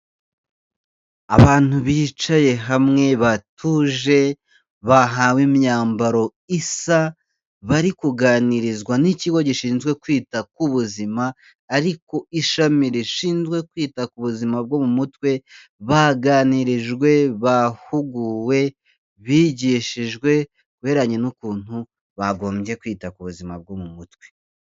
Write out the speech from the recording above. Abantu bicaye hamwe batuje bahawe imyambaro isa bari kuganirizwa n'ikigo gishinzwe kwita ku buzima ari ku ishami rishinzwe kwita ku buzima bwo mu mutwe baganirijwe, bahuguwe, bigishijwe ku birebanye n'ukuntu bagombye kwita ku buzima bwo mu mutwe.